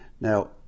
Now